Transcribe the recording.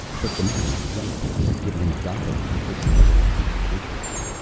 but the man in the yellow house had given him a dollar for fixing his electric refrigerator.